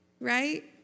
right